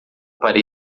para